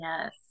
Yes